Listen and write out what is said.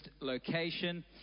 location